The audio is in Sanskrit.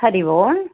हरिः ओम्